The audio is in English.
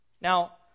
Now